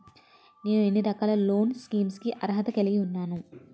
నేను ఎన్ని రకాల లోన్ స్కీమ్స్ కి అర్హత కలిగి ఉన్నాను?